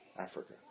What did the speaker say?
Africa